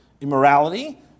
immorality